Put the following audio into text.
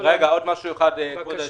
אדוני היושב-ראש,